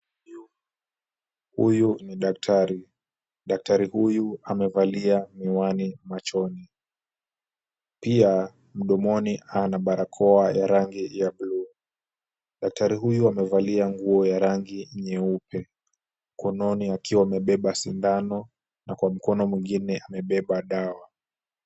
Huyu ni daktari. Daktari huyu amevalia miwani machoni. Pia mdomoni ana barakoa ya rangi ya blue . Daktari huyu amevalia nguo ya rangi nyeupe, mkononi akiwa amebeba sindano na kwa mkono mwingine amebeba dawa.